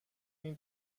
این